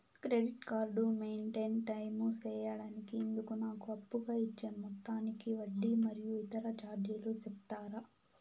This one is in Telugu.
క్రెడిట్ కార్డు మెయిన్టైన్ టైము సేయడానికి ఇందుకు నాకు అప్పుగా ఇచ్చే మొత్తానికి వడ్డీ మరియు ఇతర చార్జీలు సెప్తారా?